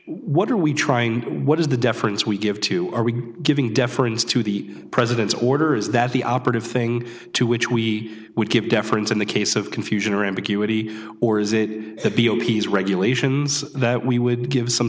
what are we trying what is the deference we give to are we giving deference to the president's order is that the operative thing to which we would give deference in the case of confusion or ambiguity or is it the b o p s regulations that we would give some